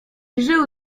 żył